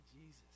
Jesus